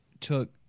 took